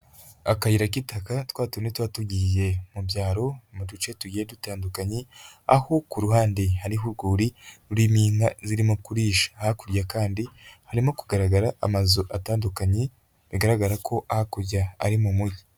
Akayira k'itaka twa tundi tuba tugiye mu byaro mu duce tugiye dutandukanye, aho ku ruhande hariho urwuri rurimo inka zirimo kurisha, hakurya kandi harimo kugaragara amazu atandukanye bigaragara ko hakurya ari mu mujyi.